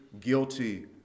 guilty